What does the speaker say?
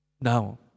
Now